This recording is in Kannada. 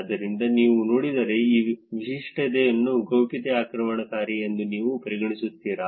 ಆದ್ದರಿಂದ ನೀವು ನೋಡಿದರೆ ಈ ವೈಶಿಷ್ಟ್ಯವನ್ನು ಗೌಪ್ಯತೆ ಆಕ್ರಮಣಕಾರಿ ಎಂದು ನೀವು ಪರಿಗಣಿಸುತ್ತೀರಾ